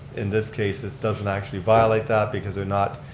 in this case this doesn't actually violate that because they're not